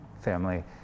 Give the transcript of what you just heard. family